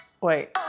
Wait